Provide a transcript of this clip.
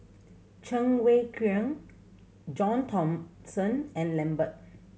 Cheng Wai Keung John Thomson and Lambert